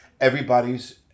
everybody's